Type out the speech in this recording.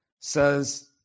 says